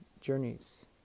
journeys